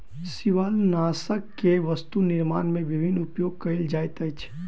शिवालनाशक के वस्तु निर्माण में विभिन्न उपयोग कयल जाइत अछि